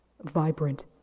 vibrant